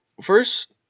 first